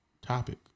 topic